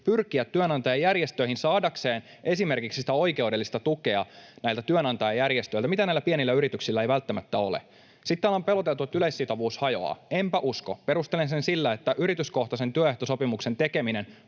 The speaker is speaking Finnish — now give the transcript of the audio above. pyrkiä työnantajajärjestöihin saadakseen esimerkiksi sitä oikeudellista tukea näiltä työnantajajärjestöiltä, mitä näillä pienillä yrityksillä ei välttämättä ole. Sitten täällä on peloteltu, että yleissitovuus hajoaa. Enpä usko. Perustelen sitä sillä, että yrityskohtaisen työehtosopimuksen tekeminen